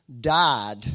died